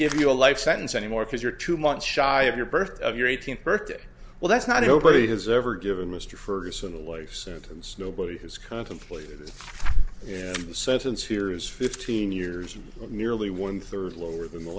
give you a life sentence anymore because you're two months shy of your birth of your eighteenth birthday well that's not nobody has ever given mr ferguson the life sentence nobody has contemplated the sentence here is fifteen years nearly one third lower than the